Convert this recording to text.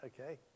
Okay